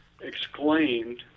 exclaimed